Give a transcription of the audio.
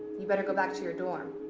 you better go back to your dorm.